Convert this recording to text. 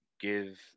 give